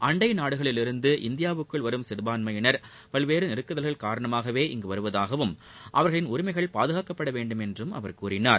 அண்டை நாடுகளிலிருந்து இந்தியாவுக்குள் வரும் சிறபான்மையினர் பல்வேறு நெருக்குதல்கள் காரணமாகவே இங்கு வருவதாகவும் அவர்களின் உரிமைகள் பாதுகாக்கப்பட வேண்டுமென்றும் அவர் கூறினார்